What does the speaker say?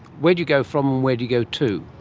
where do you go from, where do you go to?